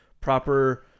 proper